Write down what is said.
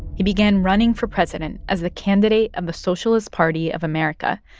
he began running for president as the candidate of the socialist party of america.